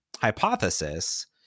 hypothesis